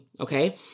okay